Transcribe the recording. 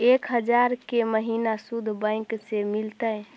एक हजार के महिना शुद्ध बैंक से मिल तय?